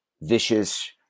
vicious